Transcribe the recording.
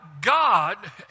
God